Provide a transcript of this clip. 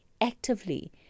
actively